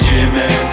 Jimmy